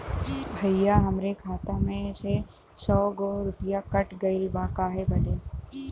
भईया हमरे खाता मे से सौ गो रूपया कट गइल बा काहे बदे?